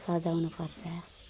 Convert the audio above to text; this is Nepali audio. सजाउनुपर्छ